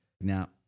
Now